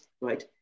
right